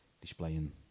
displaying